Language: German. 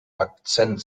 akzent